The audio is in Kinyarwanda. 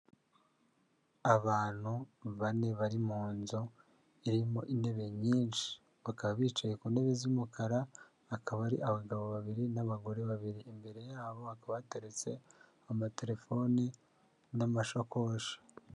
Abantu bane bari mu nzu, irimo intebe nyinshi, bakaba bicaye ku ntebe z'umukara, akaba ari abagabo babiri, n'abagore babiri, imbere yabo hakaba hateretse amatelefoni n'amashakoshi.